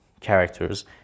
characters